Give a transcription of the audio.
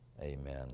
Amen